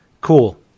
cool